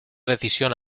decisión